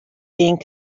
being